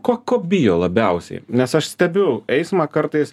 ko ko bijo labiausiai nes aš stebiu eismą kartais